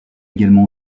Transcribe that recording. également